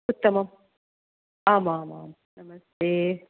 उत्तमम् आमामां नमस्ते